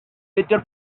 peter